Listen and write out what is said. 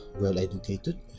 well-educated